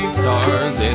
stars